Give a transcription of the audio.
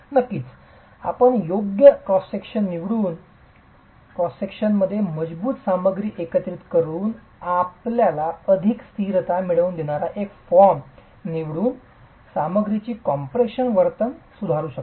नक्कीच आपण योग्य क्रॉस सेक्शन निवडून मध्ये मजबूत सामग्री एकत्रित करून आणि आपल्याला अधिक स्थिरता मिळवून देणारा एक फॉर्म निवडून सामग्रीची कॉम्प्रेशन वर्तन सुधारू शकता